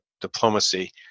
diplomacy